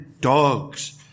dogs